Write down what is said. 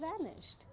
vanished